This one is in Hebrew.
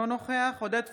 אינו נוכח עודד פורר,